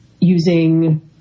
using